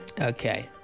okay